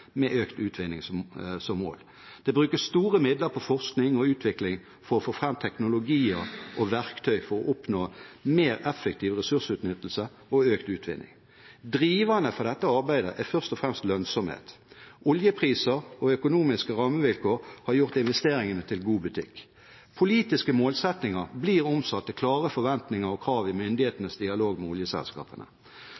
med økt utvinning som mål. Det brukes store midler på forskning og utvikling for å få fram teknologier og verktøy for å oppnå mer effektiv ressursutnyttelse og økt utvinning. Driveren for dette arbeidet er først og fremst lønnsomhet. Oljepriser og økonomiske rammevilkår har gjort investeringene til god butikk. Politiske målsettinger blir omsatt til klare forventninger og krav i myndighetenes dialog med oljeselskapene.